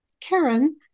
Karen